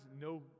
no